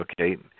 okay